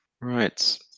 right